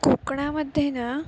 कोकणामध्ये ना